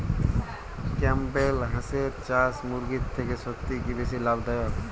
Campbell হাঁসের চাষ মুরগির থেকে সত্যিই কি বেশি লাভ দায়ক?